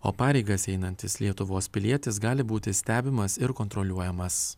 o pareigas einantis lietuvos pilietis gali būti stebimas ir kontroliuojamas